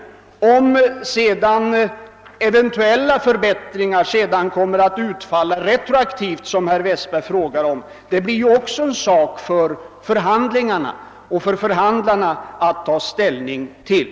Herr Westberg frågade sedan om eventuella förbättringar kommer att gälla retroaktivt, men även detta är något som förhandlarna har att ta ställning till.